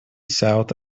south